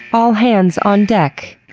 all hands on deck.